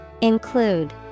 Include